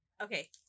Okay